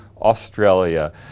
Australia